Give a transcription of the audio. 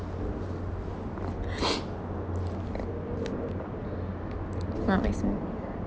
that make sense